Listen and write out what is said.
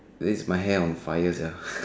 that is my hair on fire sia